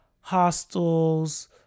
hostels